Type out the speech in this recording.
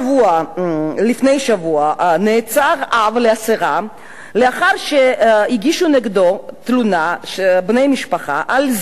לפני שבוע נעצר אב לעשרה לאחר שהגישו נגדו תלונה בני משפחה על כך